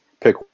pick